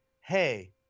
hey